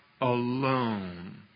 alone